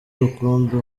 rukumbi